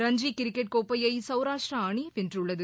ரஞ்சிக் cricket கோப்பையை சௌராஷ்டிரா அணி வென்றுள்ளது